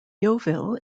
yeovil